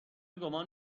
گمان